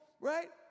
right